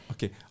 Okay